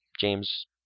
James